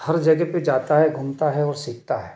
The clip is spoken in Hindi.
हर जगह पे जाता है घूमता है और सीखता है